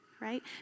right